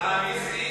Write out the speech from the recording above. על המסים,